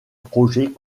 projet